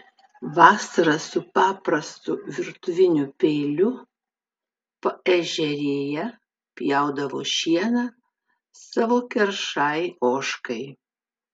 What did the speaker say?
vasarą su paprastu virtuviniu peiliu paežerėje pjaudavo šieną savo keršai ožkai